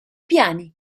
piani